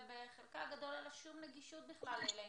שאין להם שום נגישות לאינטרנט.